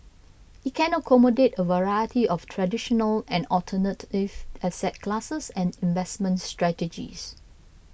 it can accommodate a variety of traditional and alternative asset classes and investment strategies